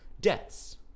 debts